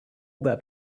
that